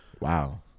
Wow